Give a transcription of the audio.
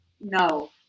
no